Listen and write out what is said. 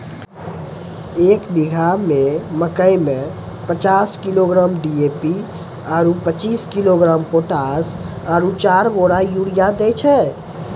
एक बीघा मे मकई मे पचास किलोग्राम डी.ए.पी आरु पचीस किलोग्राम पोटास आरु चार बोरा यूरिया दैय छैय?